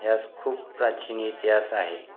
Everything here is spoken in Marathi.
यास खूप प्राचीन इतिहास आहे